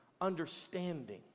understanding